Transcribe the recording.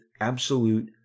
absolute